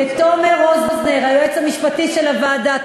לתומר רוזנר, היועץ המשפטי של הוועדה.